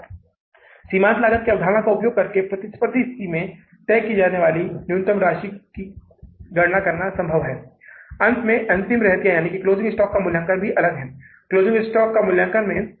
लेकिन कर से पहले का मतलब की हम तब तक नहीं लेते जब तक की आप उस पर देय कर की गणना नहीं करते क्योंकि हर लाभ कॉरपोरेट लाभ सरकार को भुगतान किए जाने वाले कर से प्रभावित है